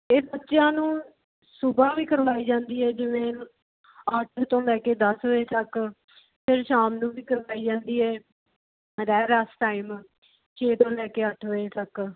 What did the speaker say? ਇਹ ਬੱਚਿਆਂ ਨੂੰ ਸੁਬਾ ਵੀ ਕਰਵਾਈ ਜਾਂਦੀ ਹੈ ਜਿਵੇਂ ਅੱਠ ਤੋਂ ਲੈ ਕੇ ਦਸ ਵਜੇ ਤੱਕ ਫਿਰ ਸ਼ਾਮ ਨੂੰ ਵੀ ਕਾਰਵਾਈ ਜਾਂਦੀ ਹੈ ਰਹਿਰਾਸ ਟਾਈਮ ਛੇ ਤੋਂ ਲੈ ਕੇ ਅੱਠ ਵਜੇ ਤੱਕ